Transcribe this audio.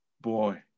Boy